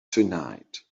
tonight